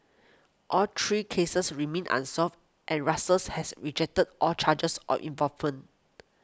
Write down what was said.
all three cases remain unsolved and has rejected all charges of